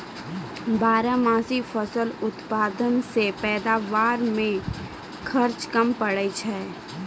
बारहमासी फसल उत्पादन से पैदावार मे खर्च कम पड़ै छै